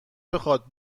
بخواد